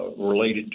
related